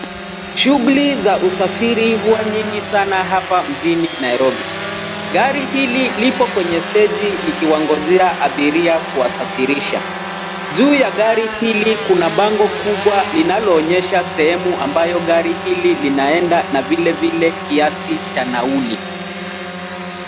Shughuli za usafiri huwa nyingi sana hapa mjini Nairobi. Gari hili lipo kwenye steji likiwangojea abiria kuwasafirisha. Juu ya gari hili kuna bango kubwa linalo onyesha sehemu ambayo gari hili linaenda na vile vile kiasi cha nauli .